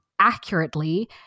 accurately